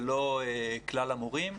זה לא כלל המורים.